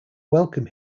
welcome